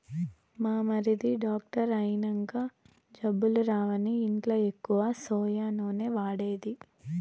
మా మరిది డాక్టర్ అయినంక జబ్బులు రావని ఇంట్ల ఎక్కువ సోయా నూనె వాడేది